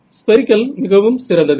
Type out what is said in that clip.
spherical மிகவும் சிறந்தது